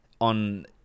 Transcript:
on